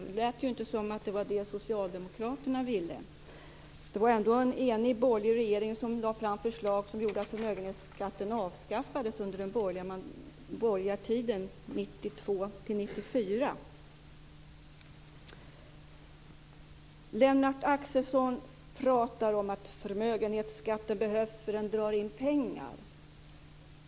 Det lät inte som om det var det Det var ändå en enig borgerlig regering som lade fram förslag som gjorde att förmögenhetsskatten avskaffades under den borgerliga tiden 1992-1994. Lennart Axelsson pratar om att förmögenhetsskatten behövs därför att den drar in pengar.